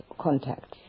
contacts